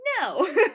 No